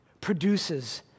produces